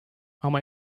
ama